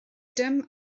dim